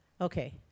Okay